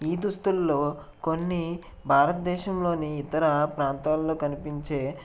ఈ దుస్తులలో కొన్ని భారతదేశంలోని ఇతర ప్రాంతాలలో కనిపించే